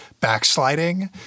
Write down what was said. backsliding